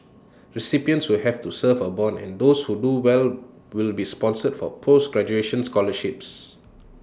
recipients will have to serve A Bond and those who do well will be sponsored for post graduation scholarships